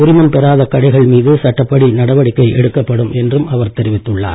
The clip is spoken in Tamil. உரிமம் பெறாத கடைகள் மீது சட்டப்படி நடவடிக்கை எடுக்கப்படும் என்றும் அவர் தெரிவித்துள்ளார்